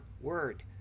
word